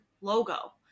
logo